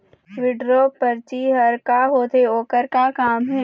Withdraw परची हर का होते, ओकर का काम हे?